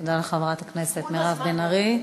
תודה לחברת הכנסת מירב בן ארי.